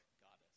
goddess